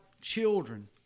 children